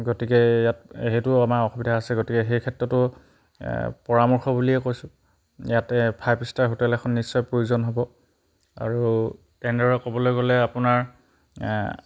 গতিকে ইয়াত সেইটো আমাৰ অসুবিধা আছে গতিকে সেই ক্ষেত্ৰতো পৰামৰ্শ বুলিয়ে কৈছোঁ ইয়াতে ফাইভ ষ্টাৰ হোটেল এখন নিশ্চয় প্ৰয়োজন হ'ব আৰু তেনেদৰে ক'বলৈ গ'লে আপোনাৰ